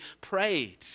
prayed